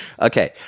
Okay